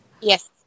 Yes